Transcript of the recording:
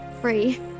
free